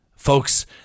Folks